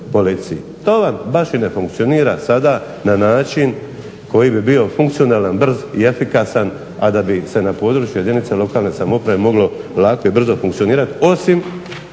to vam baš ne funkcionira na način koji bi bio brz, funkcionalan, i efikasan a da bi se na području jedinica lokalne samouprave moglo lako i brzo funkcionirati osim